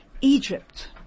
Egypt